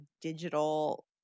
digital –